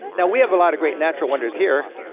now we have a lot of great natural wonders here,